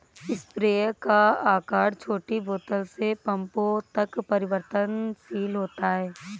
sprayer का आकार छोटी बोतल से पंपों तक परिवर्तनशील होता है